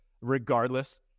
regardless